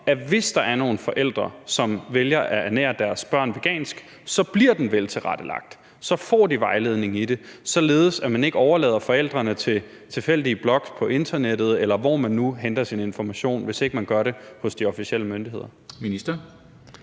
at hvis der er nogle forældre, som vælger at ernære deres børn vegansk, så bliver kosten veltilrettelagt, og så får de vejledning i det, således at man ikke overlader forældrene til tilfældige blogs på internettet, eller hvor man nu henter sin information, hvis ikke man gør det hos de officielle myndigheder?